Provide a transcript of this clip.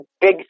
big